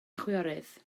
chwiorydd